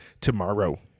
tomorrow